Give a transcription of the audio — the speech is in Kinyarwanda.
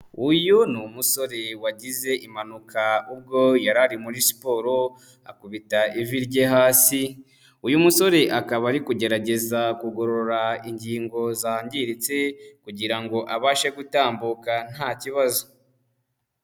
Uyu ni umusore wagize impanuka ubwo yari muri siporo akubita ivi rye hasi, uyu musore akaba ari kugerageza kugorora ingingo zangiritse kugira ngo abashe gutambuka nta kibazo.